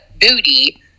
booty